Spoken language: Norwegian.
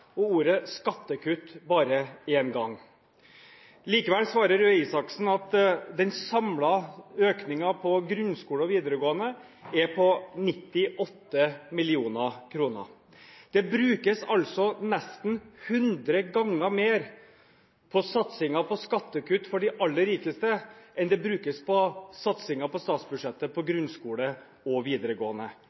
og ordet «skattekutt» bare én gang. Likevel svarer Røe Isaksen at den samlede økningen til grunnskole og videregående skole er på 98 mill. kr. I statsbudsjettet satses det altså nesten 100 ganger mer på skattekutt for de aller rikeste enn det satses på grunnskole og videregående skole – ingen ting til tidlig innsats for barn og